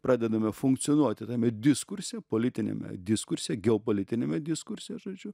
pradedame funkcionuoti tame diskurse politiniame diskurse geopolitiniame diskurse žodžiu